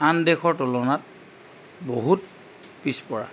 আন দেশৰ তুলনাত বহুত পিছপৰা